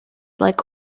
like